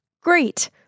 Great